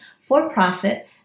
for-profit